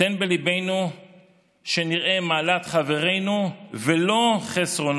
תן בליבנו שנראה כל אחד מעלת חברינו, ולא חסרונם".